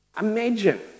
Imagine